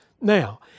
Now